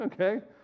okay